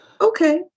okay